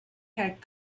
had